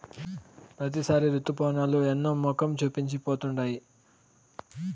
ప్రతిసారి రుతుపవనాలు ఎన్నో మొఖం చూపించి పోతుండాయి